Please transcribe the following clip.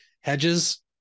Hedges